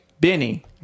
Benny